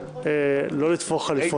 לא לתפור חליפות,